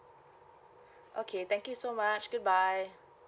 okay thank you so much goodbye